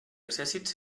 accèssits